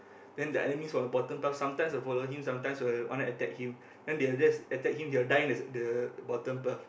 then the enemies from the bottom path sometimes will follow him sometimes will want to attack him then they'll just attack him he will die in the the bottom path